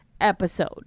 episode